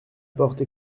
porte